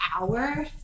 hour